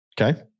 Okay